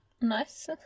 Nice